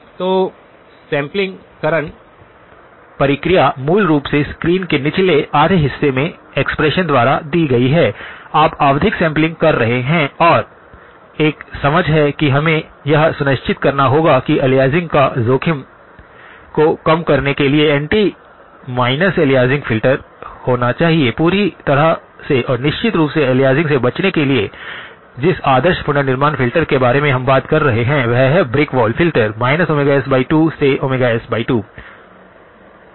तो सैंपलिंगकरण प्रक्रिया मूल रूप से स्क्रीन के निचले आधे हिस्से में एक्सप्रेशन द्वारा दी गई है आप आवधिक सैंपलिंग कर रहे हैं और एक समझ है कि हमें यह सुनिश्चित करना होगा कि अलियासिंग का जोखिम को कम करने के लिए एंटी माइनस एलियासिंग फिल्टर होना चाहिए पूरी तरह से और निश्चित रूप से अलियासिंग से बचने के लिए जिस आदर्श पुनर्निर्माण फ़िल्टर के बारे में हम बात कर रहे हैं वह है ब्रिक वॉल फिल्टर s2 से s2